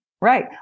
Right